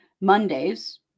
Mondays